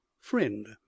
Friend